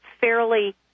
fairly